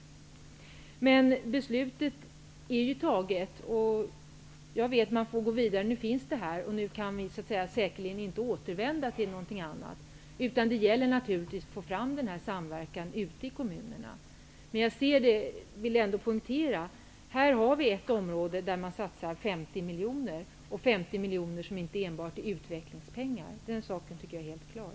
Nu är beslutet dock fattat, och man får gå vidare. Nu är det som det är, och vi kan säkerligen inte återvända till någonting annat. Det gäller att få fram denna samverkan ute i kommunerna. Jag vill ändå poängtera att vi här har ett område där man satsar 50 miljoner. Det är inte bara utvecklingspengar, den saken tycker jag är helt klar.